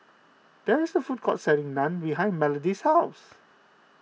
there is a food court selling Naan behind Melody's house